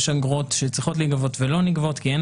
יש אגרות שצריכות להיגבות ולא נגבות כי אין